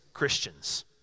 Christians